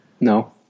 No